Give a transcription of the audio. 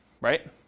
right